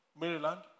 Maryland